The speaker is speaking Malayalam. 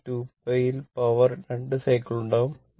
എന്നാൽ 2π ൽ പവർ 2 സൈക്കിൾ ഉണ്ടാക്കും